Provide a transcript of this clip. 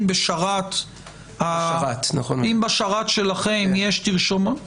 אם בשרת שלכם יש תרשומות.